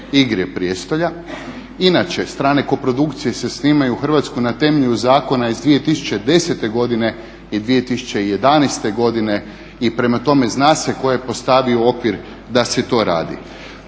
Inače strane koprodukcije se snimaju u Hrvatskoj na temelju zakona iz 2010. godine i 2011. godine. I prema tome zna se tko je postavio u okvir da se to radi.